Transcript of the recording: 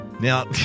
Now